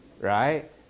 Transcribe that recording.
Right